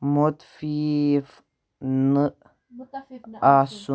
مُتفیٖف نہٕ آسُن